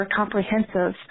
comprehensive